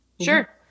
Sure